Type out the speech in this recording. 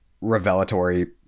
revelatory